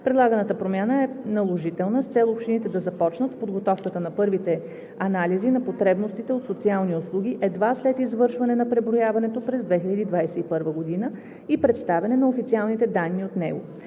Предлаганата промяна е наложителна с цел общините да започнат с подготовката на първите анализи на потребностите от социални услуги едва след извършване на преброяването през 2021 г. и представяне на официалните данни от него.